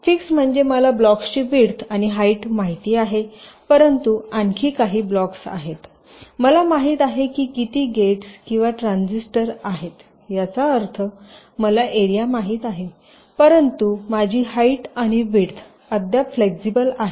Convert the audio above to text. fixed म्हणजे मला ब्लॉक्सची विड्थ आणि हाईट माहित आहे परंतु आणखी काही ब्लॉक्स आहेत मला माहित आहे की किती गेट्स किंवा ट्रान्झिस्टर आहेत ज्याचा अर्थ मला एरिया माहित आहे परंतु माझी हाईट आणि विड्थ अद्याप फ्लेक्सिबल आहे